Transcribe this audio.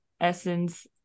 essence